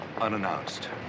unannounced